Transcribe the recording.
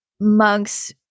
monks